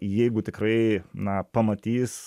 jeigu tikrai na pamatys